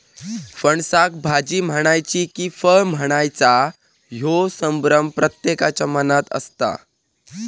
फणसाक भाजी म्हणायची कि फळ म्हणायचा ह्यो संभ्रम प्रत्येकाच्या मनात असता